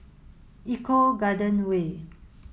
eco Garden Way